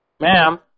Ma'am